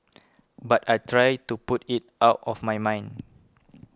but I try to put it out of my mind